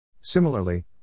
Similarly